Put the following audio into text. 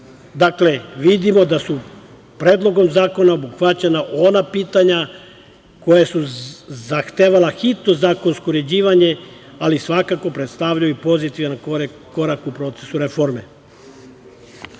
Dakle, vidimo da su predlogom zakona obuhvaćena ona pitanja koja su zahtevala hitno zakonsko uređivanje, ali svakako predstavljaju pozitivan korak u procesu reforme. Posebno